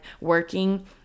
working